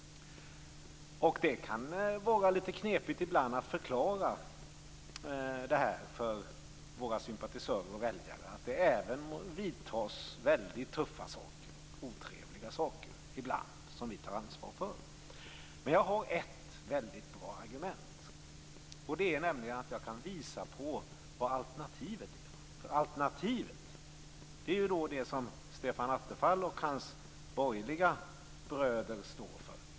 Det kan vara lite knepigt ibland att förklara för våra sympatisörer och väljare att det även sker tuffa och otrevliga saker som vi tar ansvar för. Men jag har ett bra argument. Det är att jag kan visa på vad alternativet är. Det är ju det som Stefan Attefall och hans borgerliga bröder står för.